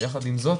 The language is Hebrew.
יחד עם זאת,